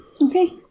Okay